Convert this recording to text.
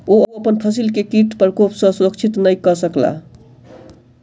ओ अपन फसिल के कीट प्रकोप सॅ सुरक्षित नै कय सकला